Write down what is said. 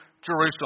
Jerusalem